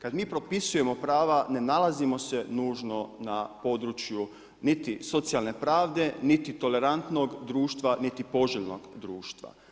Kada mi propisujemo prava na nalazimo se nužno na području niti socijalne pravde, niti tolerantnog društva niti poželjnog društva.